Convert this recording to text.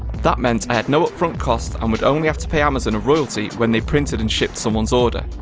that meant i had no upfront cost and would only have to pay amazon a royalty, when they printed and shipped someone's order.